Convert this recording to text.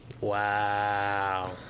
Wow